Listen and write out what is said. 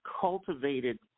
cultivated